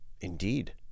indeed